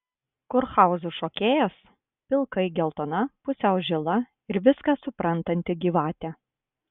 kurhauzų šokėjas pilkai geltona pusiau žila ir viską suprantanti gyvatė